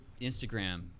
instagram